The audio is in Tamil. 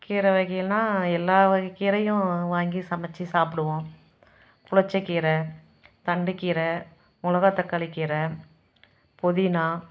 கீரை வகைகள்னால் எல்லா வகை கீரையும் வாங்கி சமைச்சி சாப்பிடுவோம் புளித்த கீரை தண்டு கீரை மிளகாதக்காளி கீரை புதினா